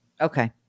Okay